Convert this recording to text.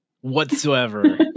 whatsoever